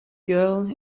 girl